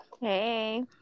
Hey